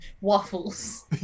waffles